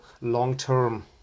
long-term